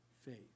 faith